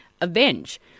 Avenge